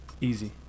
easy